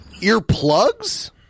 Earplugs